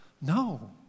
No